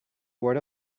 word